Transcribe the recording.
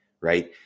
right